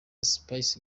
spice